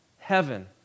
Heaven